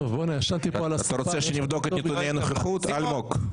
אתה רוצה שנבדוק את נתוני הנוכחות, אלמוג?